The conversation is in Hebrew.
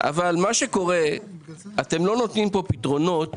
אבל אתם לא נותנים פה פתרונות